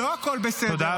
סליחה,